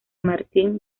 martín